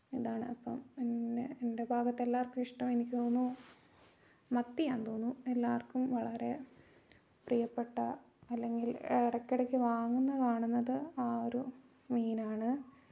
ഇതാണ് അപ്പം പിന്നെ എൻ്റെ ഭാഗത്ത് എല്ലാവർക്കും ഇഷ്ടം എനിക്ക് തോന്നുന്നു മത്തിയാണെന്ന് തോന്നുന്നു എല്ലാവർക്കും വളരെ പ്രിയപ്പെട്ട അല്ലെങ്കിൽ ഇടയ്ക്കിടയ്ക്ക് വാങ്ങുന്നത് കാണുന്നത് ആ ഒരു മീനാണ്